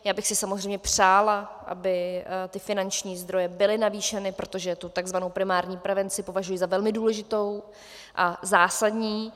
Já bych si samozřejmě přála, aby ty finanční zdroje byly navýšeny, protože tu takzvanou primární prevenci považuji za velmi důležitou a zásadní.